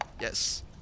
Yes